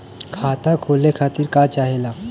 खाता खोले खातीर का चाहे ला?